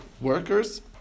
workers